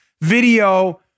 video